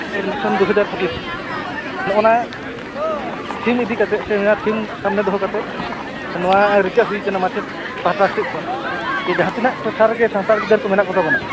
mission ᱫᱩᱦᱟᱡᱟᱨ ᱯᱚᱸᱪᱤᱥ ᱱᱚᱜᱱᱟ ᱴᱷᱤᱢ ᱤᱫᱤᱠᱟᱛᱮᱫ ᱥᱮ ᱱᱚᱣᱟ ᱛᱷᱤᱢ ᱥᱟᱢᱱᱮ ᱫᱚᱦᱚ ᱠᱟᱛᱮᱫᱱᱚᱣᱟ ᱨᱤᱠᱟᱹ ᱦᱩᱭᱟᱠᱟᱱᱟ ᱢᱟᱪᱮᱫ ᱯᱟᱦᱟᱴᱟ ᱥᱮᱫ ᱠᱷᱚᱱ ᱡᱮ ᱡᱟᱦᱟᱸ ᱛᱤᱱᱟᱹᱜ ᱴᱚᱴᱷᱟ ᱨᱮᱜᱮ ᱥᱟᱱᱛᱟᱲ ᱜᱤᱫᱟᱹᱨ ᱠᱚ ᱢᱮᱱᱟᱜ ᱠᱚᱛᱟ ᱵᱚᱱᱟ